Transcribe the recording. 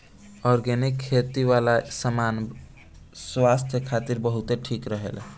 organic खेती वाला सामान स्वास्थ्य खातिर बहुते ठीक रहेला